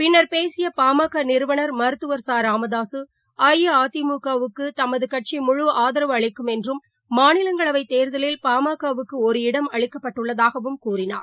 பின்னர் பேசியபாமகநிறுவனர் மருத்துவர் ச ராமதாசுஅஇஅதிமுக வுக்குதமதுகட்சி முழு ஆதாவு அளிக்கும் என்றும் மாநிலங்களவைதேர்தலில் பாமகவுக்குடுரு இடம் அளிக்கப்பட்டுள்ளதாகவும் கூறினார்